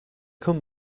come